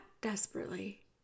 desperately